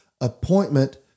appointment